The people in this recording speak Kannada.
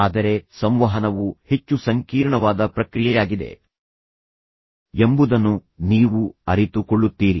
ಆದರೆ ಸಂವಹನವು ಹೆಚ್ಚು ಸಂಕೀರ್ಣವಾದ ಪ್ರಕ್ರಿಯೆಯಾಗಿದೆ ಎಂಬುದನ್ನು ನೀವು ಅರಿತುಕೊಳ್ಳುತ್ತೀರಿ